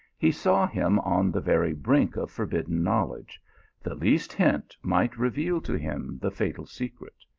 he saw him on the very brink of forbidden knowledge the least hint might reveal to him the fatal secret.